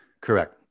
Correct